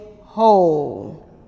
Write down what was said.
whole